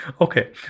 Okay